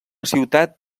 ciutat